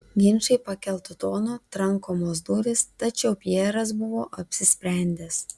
ginčai pakeltu tonu trankomos durys tačiau pjeras buvo apsisprendęs